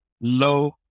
low